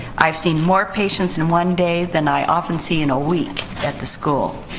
i've seen more patients in one day than i often see in a week at the school.